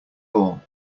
all